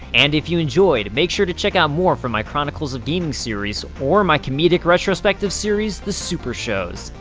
and, if you enjoyed, make sure to check out more from my chronicles of gaming series, or my comedic retrospective series, the super shows.